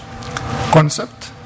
concept